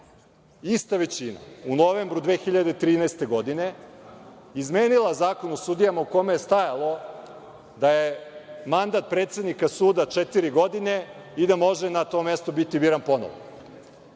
ova većina u novembru 2013. godine izmenila Zakon o sudijama u kom je stalo da je mandat predsednika suda četiri godine i da može na to mesto da bude biran ponovo. Ja